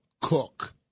Cook